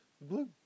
blue